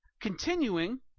continuing